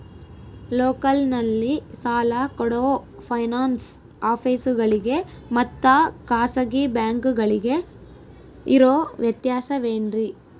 ಲೋಕಲ್ನಲ್ಲಿ ಸಾಲ ಕೊಡೋ ಫೈನಾನ್ಸ್ ಆಫೇಸುಗಳಿಗೆ ಮತ್ತಾ ಖಾಸಗಿ ಬ್ಯಾಂಕುಗಳಿಗೆ ಇರೋ ವ್ಯತ್ಯಾಸವೇನ್ರಿ?